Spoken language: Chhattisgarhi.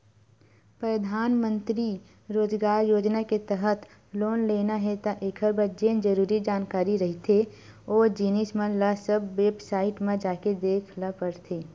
परधानमंतरी रोजगार योजना के तहत लोन लेना हे त एखर बर जेन जरुरी जानकारी रहिथे ओ जिनिस मन ल सब बेबसाईट म जाके देख ल परथे